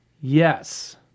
Yes